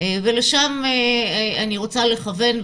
ולשם אני רוצה לכוון.